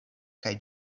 kaj